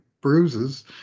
bruises